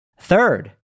Third